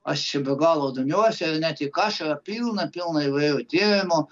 aš čia be galo domiuosi ir ne tik aš yra pilna pilna įvairių tyrimų